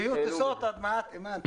יהיו טיסות עוד מעט, אימאן.